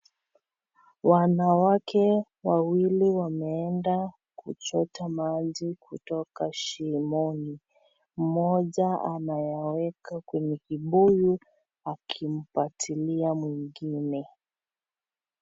Wanawake wawili wameenda kuchota maji kutoka shimoni. Mmoja anayaweka kwenye kibuyu akimpatilia mwingine.